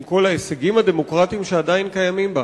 עם כל ההישגים הדמוקרטיים שעדיין קיימים בה.